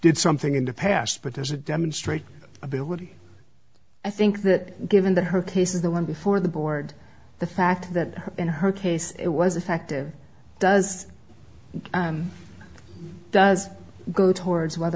did something in the past but there's a demonstrate ability i think that given the her case is the one before the board the fact that in her case it was effective does and does go towards whether